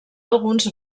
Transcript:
alguns